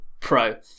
pro